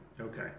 Okay